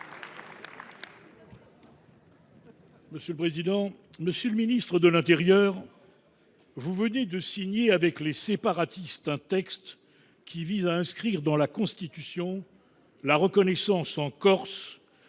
Républicains. Monsieur le ministre de l’intérieur, vous venez de signer avec les séparatistes un texte qui vise à inscrire dans la Constitution la reconnaissance en Corse